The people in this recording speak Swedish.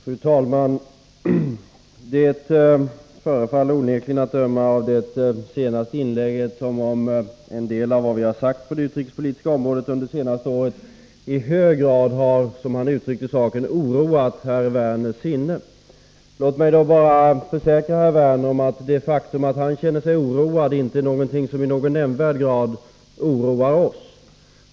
Fru talman! Det förefaller onekligen, att döma av det senaste inlägget, som om en del av vad vi har sagt på det utrikespolitiska området under det senaste året i hög grad har, som herr Werner uttryckte saken, oroat herr Werners sinne. Låt mig då bara försäkra herr Werner att det faktum att han känner sig oroad inte är någonting som i nämnvärd grad oroar oss.